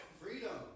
Freedom